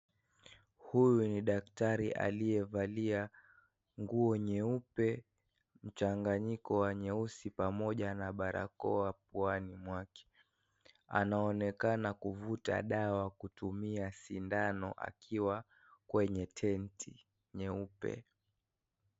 Huyu ni daktari aliyevalia nguo nyeupe mchanganyiko wa nyeusi pamoja na barakoa puani mwake, anaonekana kuvuta dawa kutumia sindano akiwa kwenye tenti nyeupe.